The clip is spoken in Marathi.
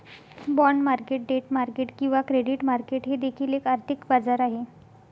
बाँड मार्केट डेट मार्केट किंवा क्रेडिट मार्केट हे देखील एक आर्थिक बाजार आहे